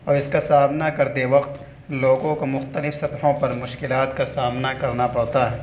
اور اس کا سامنا کرتے وقت لوگوں کو مختلف سطحوں پر مشکلات کا سامنا کرنا پڑتا ہے